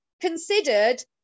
considered